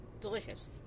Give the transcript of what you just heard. Delicious